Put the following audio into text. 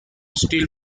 still